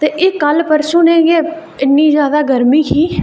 एह् कल परसों गै इन्नी जैदा गर्मी ही